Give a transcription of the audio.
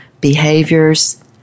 behaviors